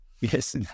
Yes